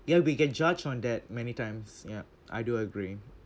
ya we get judged on that many times ya I do agree